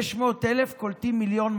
600,000 קולטים 1.2 מיליון.